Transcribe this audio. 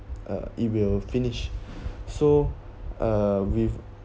uh it will finish so uh with